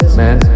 man